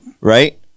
Right